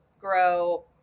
grow